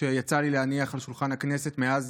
שיצא לי להניח על שולחן הכנסת מאז